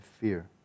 fear